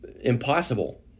impossible